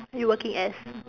what you working as